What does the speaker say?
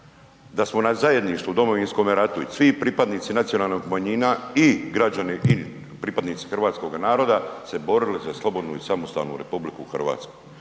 da smo na zajedništvu u Domovinskom ratu i svi pripadnici nacionalnih manjina i građana i pripadnici hrvatskog naroda se borili za slobodnu i samostalnu RH. I svim